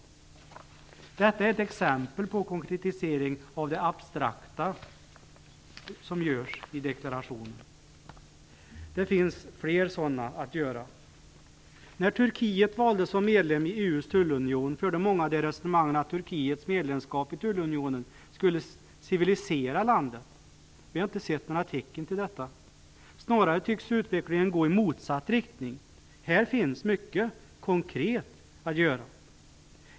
Detta är ett exempel på konkretisering av det abstrakta som görs i deklarationen. Det finns fler sådana. När Turkiet valdes in som medlem i EU:s tullunion förde många resonemanget att Turkiets medlemskap i tullunionen skulle civilisera landet. Vi har inte sett några tecken till detta. Snarare tycks utvecklingen gå i motsatt riktning. Här finns mycket konkret att göra.